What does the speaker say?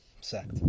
sacked